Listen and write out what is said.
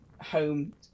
home